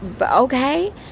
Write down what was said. okay